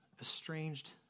estranged